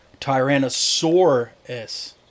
Tyrannosaurus